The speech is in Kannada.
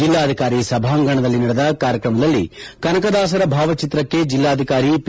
ಜಿಲ್ಲಾಧಿಕಾರಿ ಸಭಾಂಗಣದಲ್ಲಿ ನಡೆದ ಕಾರ್ಯಕ್ರಮದಲ್ಲಿ ಕನಕದಾಸರ ಭಾವಚಿತ್ರಕ್ಕೆ ಜಿಲ್ಲಾಧಿಕಾರಿ ಪಿ